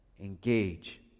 engage